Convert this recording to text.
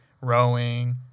rowing